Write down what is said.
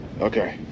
Okay